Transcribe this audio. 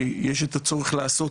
יש את הצורך לעשות